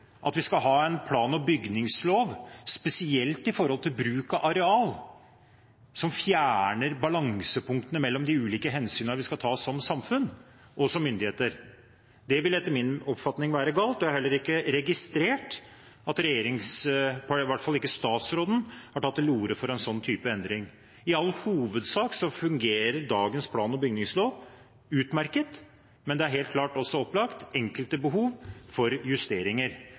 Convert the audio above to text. at vi skal ha en plan- og bygningslov, spesielt når det gjelder bruk av areal, som fjerner balansepunktene mellom de ulike hensynene vi skal ta som samfunn og som myndigheter. Det vil etter min oppfatning være galt. Jeg har heller ikke registrert at statsråden har tatt til orde for en slik endring. I all hovedsak fungerer dagens plan- og bygningslov utmerket. Men det er helt opplagt enkelte behov for justeringer.